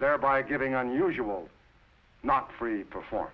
thereby giving unusual not free perform